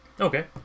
Okay